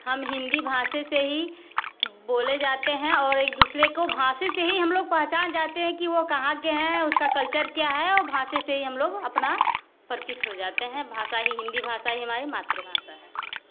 हम हिंदी भाषा से ही बोले जाते हैं और एक दूसरे को भाषा से ही हम लोग पहचान जाते हैं कि वो कहाँ के हैं उसका कल्चर क्या है और भाषा से हम लोग अपना परिचित हो जाते हैं भाषा ही हिंदी भाषा हमारी मातृभाषा है